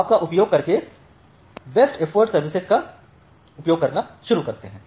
आप का उपयोग करके बेस्ट एफर्ट सर्विसेज का उपयोग करना शुरू करते हैं